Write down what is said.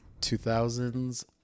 2000s